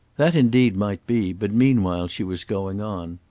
that indeed might be, but meanwhile she was going on.